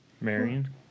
Marion